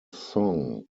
song